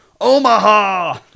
Omaha